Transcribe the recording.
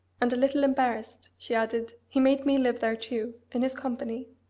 and a little embarrassed, she added, he made me live there too, in his company.